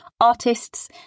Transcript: artists